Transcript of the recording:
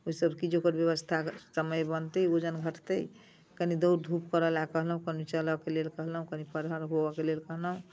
ओ सभचीज ओकर व्यवस्था समय बँधते ओजन घटतै कनी दौड़ धूप करय लेल कहलहुँ कनी चलयके लेल कहलहुँ कनी फरहर होबयके लेल कहलहुँ